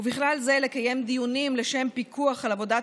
ובכלל זה לקיים דיונים לשם פיקוח על עבודת